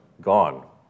gone